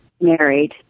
married